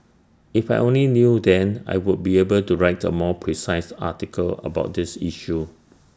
if I only knew then I would be able to write A more precise article about this issue